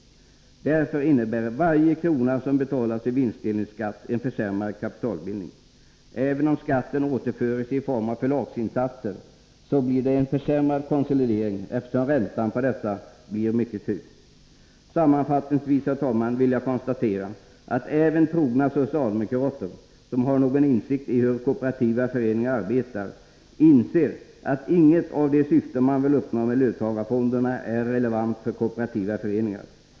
Därför innebär varje krona som betalas i vinstdelningsskatt en försämrad kapitalbildning. Även om skatten återförs i form av förlagsinsatser blir det en försämrad konsolidering, eftersom räntan på dessa blir mycket hög. Herr talman! Sammanfattningsvis vill jag konstatera att även trogna socialdemokrater som har någon insikt i hur kooperativa föreningar arbetar inser att inget av de syften man vill uppnå med löntagarfonderna är relevant för kooperativa föreningar.